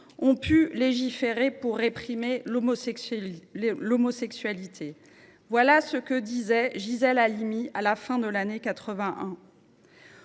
ont pu légiférer pour réprimer l’homosexualité. » Voilà ce que disait Gisèle Halimi, à la tribune de